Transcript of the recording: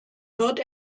wird